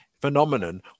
phenomenon